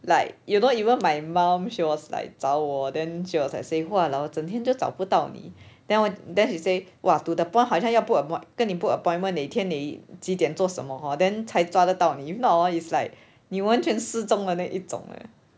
like you know even my mom she was like 找我 then she was like saying !walao! 整天都找不到你 then 我 then she say !wah! to the point 好像要 book appoint~ 跟你 book appointment 哪天你几点做什么 hor then 才抓得到你 if not orh is like 你完全失踪的那一种 eh